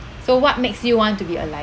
so what makes you want to be alive